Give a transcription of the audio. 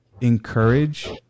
encourage